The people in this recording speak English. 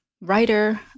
writer